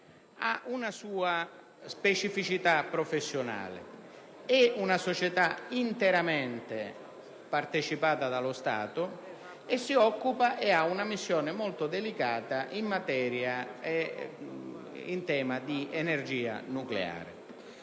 ha una sua specificità professionale. È una società interamente partecipata dallo Stato e ha una missione molto delicata in tema di energia nucleare.